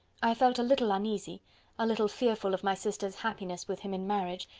i felt a little uneasy a little fearful of my sister's happiness with him in marriage,